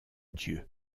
dieu